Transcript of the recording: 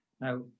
now